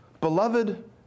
beloved